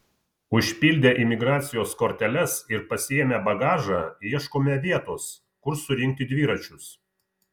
užpildę imigracijos korteles ir pasiėmę bagažą ieškome vietos kur surinkti dviračius